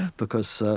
because